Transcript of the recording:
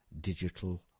Digital